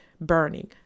burning